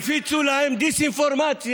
הפיצו להם דיסאינפורמציה,